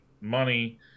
money